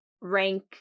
rank